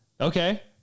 okay